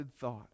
thought